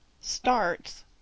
Starts